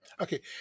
Okay